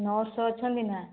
nurse ଅଛନ୍ତି ନା